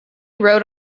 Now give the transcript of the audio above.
wrote